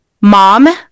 mom